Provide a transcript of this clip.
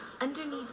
underneath